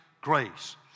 grace